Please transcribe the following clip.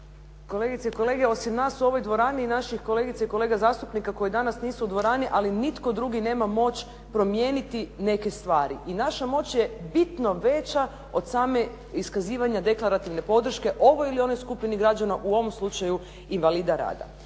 kolegice i kolege, osim nas u ovoj dvorani i naših kolegica i kolega zastupnika koji danas nisu u dvorani, ali nitko drugi nema moć promijeniti neke stvari. I naša moć je bitno veća od same iskazivanja deklarativne podrške ovoj ili onoj skupini građana, u ovom slučaju invalida rada.